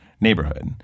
neighborhood